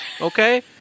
Okay